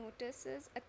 notices